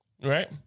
Right